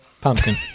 Pumpkin